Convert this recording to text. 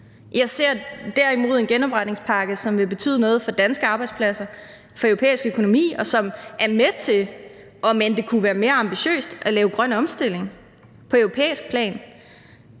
Jeg ser derimod en genopretningspakke, som vil betyde noget for danske arbejdspladser, for europæisk økonomi, og som er med til, om end det kunne være mere